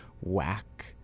whack